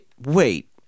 wait